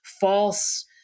false